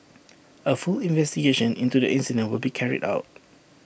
A full investigation into the incident will be carried out